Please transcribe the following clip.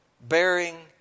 bearing